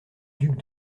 duc